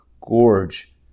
gorge